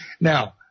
now